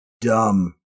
dumb